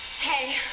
Hey